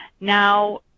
Now